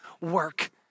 work